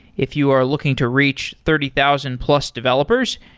if you are looking to reach thirty thousand plus developers,